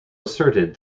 asserted